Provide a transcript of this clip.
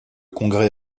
congrès